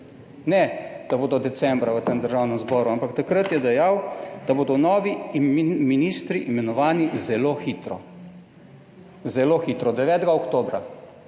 Ne, da bodo decembra v tem Državnem zboru, ampak takrat je dejal, da bodo novi ministri imenovani zelo hitro. Zelo hitro, 9. oktobra,